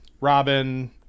Robin